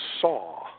saw